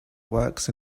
works